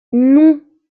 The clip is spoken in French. non